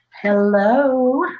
Hello